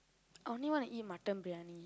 I only want to eat Mutton briyani